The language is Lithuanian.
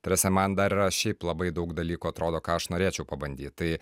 tai yra čia man dar yra šiaip labai daug dalykų atrodo ką aš norėčiau pabandyt tai